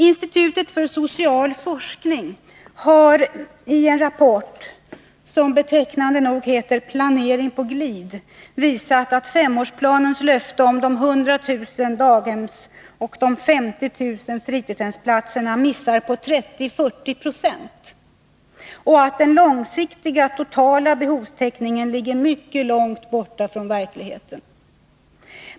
Institutet för social forskning har i en rapport, som betecknande nog heter Planering på glid, visat att femårsplanens löfte om de 100 000 daghemsplatserna och de 50 000 fritidshemsplatserna missar på 30-40 26 och att den långsiktiga totala behovstäckningen ligger mycket långt borta från verkligheten.